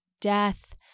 death